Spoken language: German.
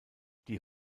die